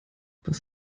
was